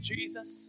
Jesus